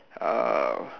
uh